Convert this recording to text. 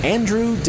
Andrew